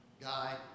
guy